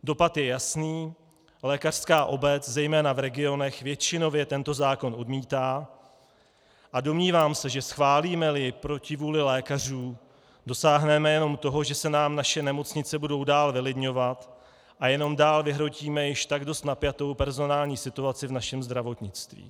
Dopad je jasný, lékařská obec zejména v regionech většinově tento zákon odmítá a domnívám se, že schválímeli ji proti vůli lékařů, dosáhneme jenom toho, že se nám naše nemocnice budou dál vylidňovat a jenom dál vyhrotíme již tak dost napjatou personální situaci v našem zdravotnictví.